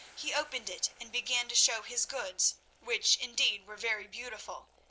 he opened it, and began to show his goods, which, indeed, were very beautiful.